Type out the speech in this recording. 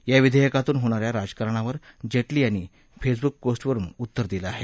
या विघेयकातून होणाऱ्या राजकारणावर जेटली यांनी फेसबूक पोस्ट वरुन उत्तर दिलं आहे